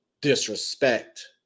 disrespect